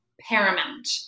paramount